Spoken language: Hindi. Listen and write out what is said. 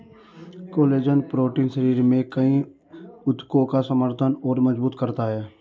कोलेजन प्रोटीन शरीर में कई ऊतकों का समर्थन और मजबूत करता है